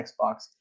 Xbox